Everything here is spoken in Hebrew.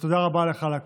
ותודה רבה לך על הכול.